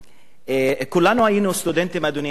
אדוני היושב-ראש,